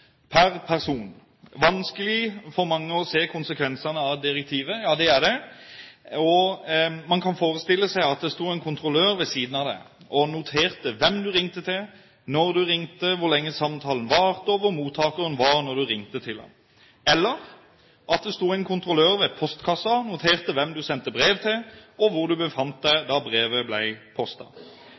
per person. Det er vanskelig for mange å se konsekvensene av direktivet. Man kan forestille seg at det sto en kontrollør ved siden av deg og noterte hvem du ringte til, når du ringte, hvor lenge samtalen varte, og hvor mottakeren var da du ringte til ham – eller at det sto en kontrollør ved postkassen og noterte hvem du sendte brev til, og hvor du befant deg da brevet